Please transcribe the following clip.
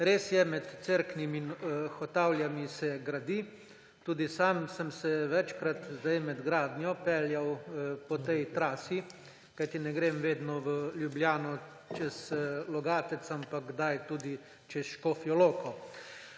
Res je, med Cerknim in Hotavljami se gradi. Tudi sam sem se večkrat med gradnjo peljal po tej trasi, kajti ne grem vedno v Ljubljano čez Logatec, ampak kdaj tudi čez Škofjo Loko.